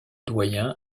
doyen